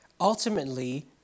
Ultimately